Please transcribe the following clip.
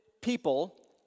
people